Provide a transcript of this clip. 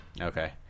Okay